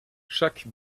chaque